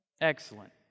Excellent